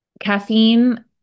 caffeine